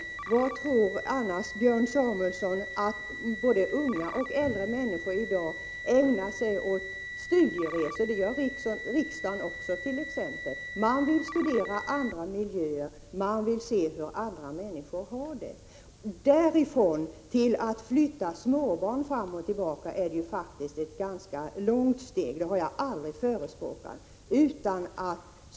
Varför tror annars Björn Samuelson att både unga och gamla människor i dag gör studieresor? Det gör också riksdagens ledamöter i syfte att studera andra miljöer och se hur andra människor har det. Därifrån till att flytta småbarn fram och tillbaka är det faktiskt ett ganska långt steg, och det är något som jag aldrig har förespråkat.